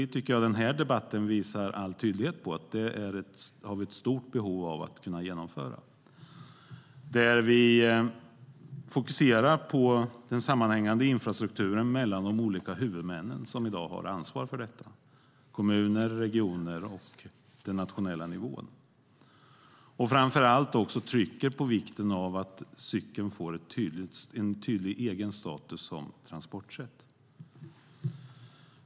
Jag tycker att den här debatten med all tydlighet visar att vi har behov av att genomföra ett sådant arbete, där vi fokuserar på den sammanhängande infrastrukturen mellan de olika huvudmän som i dag har ansvar för detta - kommuner, regioner och den nationella nivån - och framför allt också trycker på vikten av att cykeln får en tydlig egen status som transportsätt.